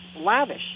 lavish